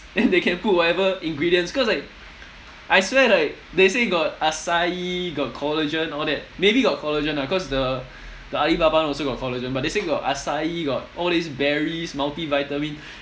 then they can put whatever ingredients cause like I swear like they say got acai got collagen all that maybe got collagen ah cause the the alibaba one also got collagen but they say got acai got all this berries multi vitamin